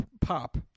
pop